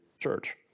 church